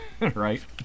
right